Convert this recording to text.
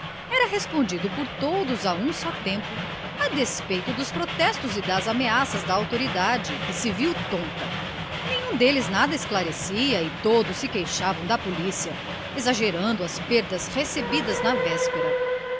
era respondido por todos a um só tempo a despeito dos protestos e das ameaças da autoridade que se viu tonta nenhum deles nada esclarecia e todos se queixavam da polícia exagerando as perdas recebidas na véspera